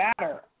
matter